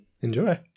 enjoy